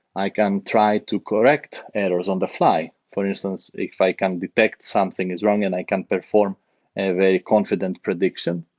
i can try to correct errors on the fly. for instance, if i can detect something is wrong and i can perform a very confident prediction,